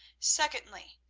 secondly,